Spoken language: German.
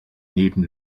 neben